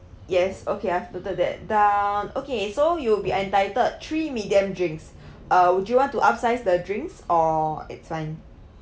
yes okay I've noted that down okay so you'll be entitled three medium drinks uh would you want to upsize the drinks or it's fine